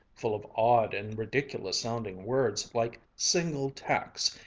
full of odd and ridiculous-sounding words like single-tax,